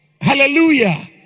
Hallelujah